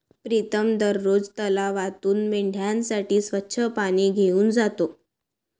प्रीतम दररोज तलावातून मेंढ्यांसाठी स्वच्छ पाणी घेऊन जातो